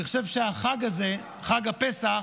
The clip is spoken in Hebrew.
אני חושב שהחג הזה, חג הפסח,